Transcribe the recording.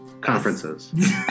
Conferences